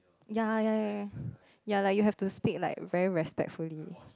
ya ya ya ya like you have to speak like very respectfully